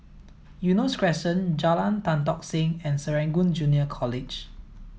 Eunos Crescent Jalan Tan Tock Seng and Serangoon Junior College